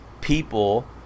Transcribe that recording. people